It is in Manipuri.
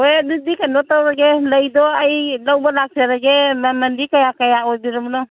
ꯍꯣꯏ ꯑꯗꯨꯗꯤ ꯀꯩꯅꯣ ꯇꯧꯔꯒꯦ ꯂꯩꯗꯣ ꯑꯩ ꯂꯧꯕ ꯂꯥꯛꯆꯔꯒꯦ ꯃꯃꯟꯗꯤ ꯀꯌꯥ ꯀꯌꯥ ꯑꯣꯏꯕꯤꯔꯕꯅꯣ